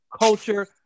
culture